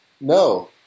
No